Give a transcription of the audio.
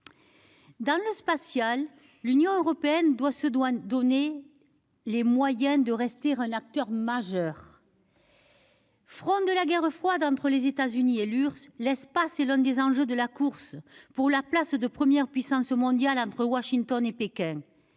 domaine spatial, l'Union européenne doit se donner les moyens de rester un acteur majeur. Front de la guerre froide entre les États-Unis et l'URSS, l'espace est l'un des enjeux de la course pour la place de première puissance mondiale entre Washington et Pékin.